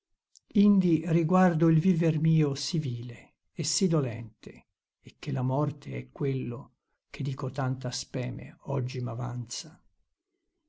indi riguardo il viver mio sì vile e sì dolente e che la morte è quello che di cotanta speme oggi m'avanza